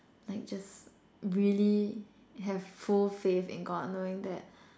like just really have full faith in God knowing that